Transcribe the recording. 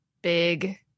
big